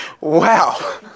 Wow